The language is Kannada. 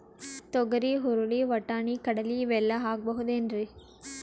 ತೊಗರಿ, ಹುರಳಿ, ವಟ್ಟಣಿ, ಕಡಲಿ ಇವೆಲ್ಲಾ ಹಾಕಬಹುದೇನ್ರಿ?